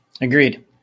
agreed